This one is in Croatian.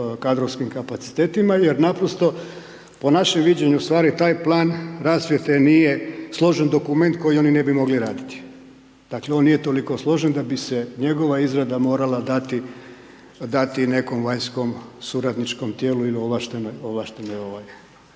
kadrovskim kapacitetima jer naprosto po našem viđenju stvari taj plan rasvjete nije složen dokument koji oni ne bi mogli raditi. Dakle on nije toliko složen da bi se njegova izrada morala dati nekome vanjskom suradničkom tijelu ili ovlaštenoj